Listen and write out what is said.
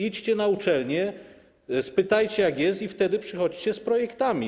Idźcie na uczelnię, spytajcie, jak jest, i wtedy przychodźcie z projektami.